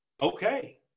Okay